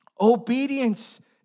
Obedience